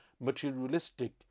materialistic